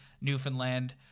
Newfoundland